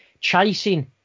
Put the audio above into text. chasing